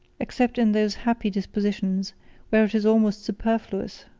except in those happy dispositions where it is almost superfluous.